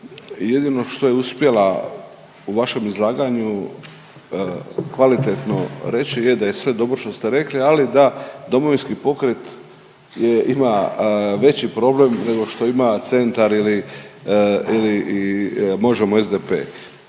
jedino što je uspjela u vašem izlaganju kvalitetno reći je da je sve dobro što ste rekli, ali da Domovinski pokret ima veći problem nego što ima Centar ili, ili Možemo! i SDP